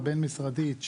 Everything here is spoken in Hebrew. הבין משרדית,